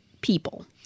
people